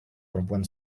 perempuan